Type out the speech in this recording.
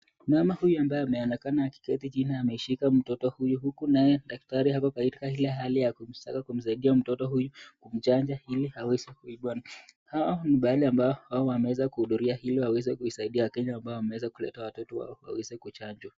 Mama huyu ambaye anaonekana akiketi chini amemshika mtoto huyu huku naye daktari hapo katika ile hali ya kumsaidia kumsaidia mtoto huyu kuchanja ili aweze kutibiwa. Hawa ni wale ambao wameweza kuhudhuria ili waweze kuisaidia Kenya ambao wameweza kuleta watoto wao waweze kuchanjwa.